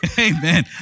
Amen